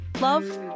Love